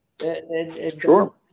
Sure